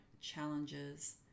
challenges